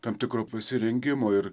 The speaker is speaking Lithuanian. tam tikro pasirengimo ir